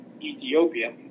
Ethiopia